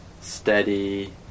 steady